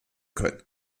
können